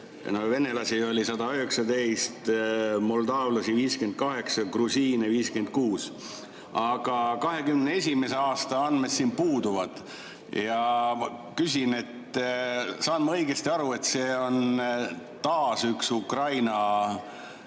venelasi 119, moldovlasi 58, grusiine 56. Aga 2021. aasta andmed siin puuduvad. Ja küsin: kas ma saan õigesti aru, et see on taas üks Ukraina